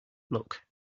look